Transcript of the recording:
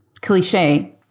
cliche